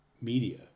media